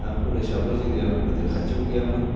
दा कलेजआबो जोंनिया गोदो खाथियाव गैयामोन